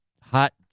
hot